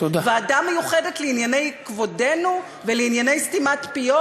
ועדה מיוחדת לענייני כבודנו ולענייני סתימת פיות?